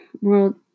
world